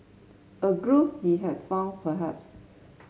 a groove he had found perhaps